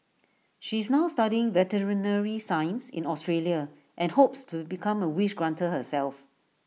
she is now studying veterinary science in Australia and hopes to become A wish granter herself